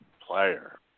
player